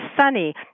sunny